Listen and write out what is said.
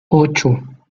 ocho